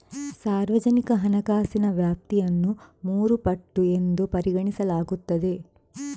ಸಾರ್ವಜನಿಕ ಹಣಕಾಸಿನ ವ್ಯಾಪ್ತಿಯನ್ನು ಮೂರು ಪಟ್ಟು ಎಂದು ಪರಿಗಣಿಸಲಾಗುತ್ತದೆ